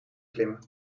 klimmen